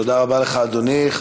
תודה רבה לך, אדוני.